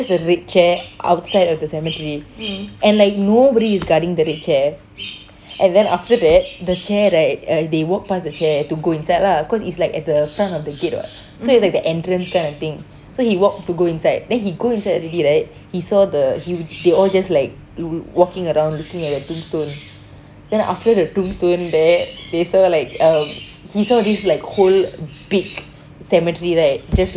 just a red chair outside of the cemetery and like nobody is guarding the red chair and then after that the chair right uh they walked past the chair to go inside lah cause it's like at the front of the gate [what] so it's like the entrance kind of thing so he walked to go inside then he go inside already right he saw the he they all just like walking around looking at the tombstone then after the tombstone there they saw like a he saw this whole big cemetery right